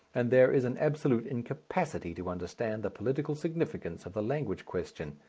and there is an absolute incapacity to understand the political significance of the language question.